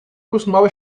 costumava